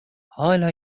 hâlâ